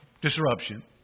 disruption